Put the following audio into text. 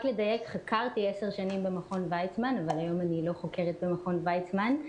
חקרתי 10 שנים במכון ויצמן אבל היום אני לא חוקרת במכון ויצמן.